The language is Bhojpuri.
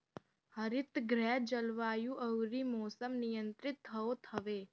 हरितगृह जलवायु अउरी मौसम नियंत्रित होत हवे